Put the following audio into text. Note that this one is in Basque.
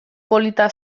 polita